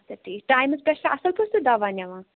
اَچھا ٹھیٖک ٹایَمس پٮ۪ٹھ چھا اَصٕل پٲٹھۍ تُہۍ دوا نِوان